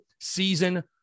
season